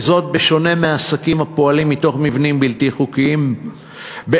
וזאת בשונה מהעסקים הפועלים מתוך מבנים בלתי חוקיים באין